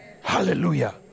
Hallelujah